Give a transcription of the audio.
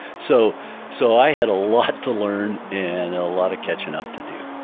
so so i had a lot to learn and a lot of catching up to do